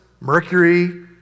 Mercury